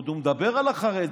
ועוד הוא מדבר על החרדים?